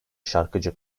şarkıcı